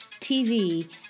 TV